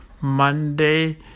Monday